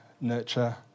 nurture